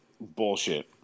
bullshit